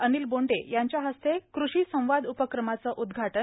अनिल बोंडे यांच्या हस्ते कृषी संवाद उपक्रमाचं उद्वाटन